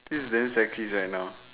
this is damn sexist right now